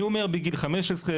אני אומר בגיל 15,